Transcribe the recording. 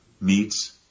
meets